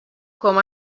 com